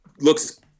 looks